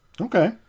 Okay